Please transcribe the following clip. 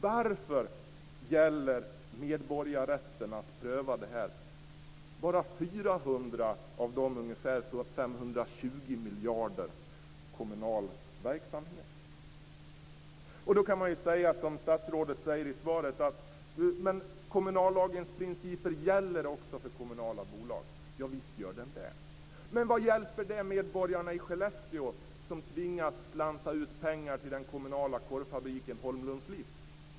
Varför gäller medborgarrätten att pröva detta bara 400 miljarder av de ungefär 520 miljarderna i den kommunala verksamhet? Man kan då säga som statsrådet gör i svaret, att kommunallagens principer gäller också för kommunala bolag. Ja visst gör den det, men vad hjälper det medborgarna i Skellefteå som tvingas slanta ut pengar till den kommunala korvfabriken Holmlunds Livs.